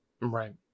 Right